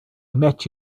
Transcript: met